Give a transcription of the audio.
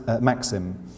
maxim